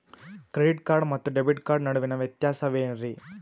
Credit card ಮತ್ತು debit card ನಡುವಿನ ವ್ಯತ್ಯಾಸ ವೇನ್ರೀ?